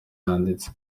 yanditse